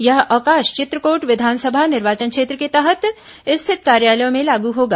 यह अवकाश चित्रकोट विधानसभा निर्वाचन क्षेत्र के तहत स्थित कार्यालयों में लागू होगा